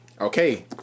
Okay